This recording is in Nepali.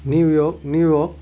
New York New York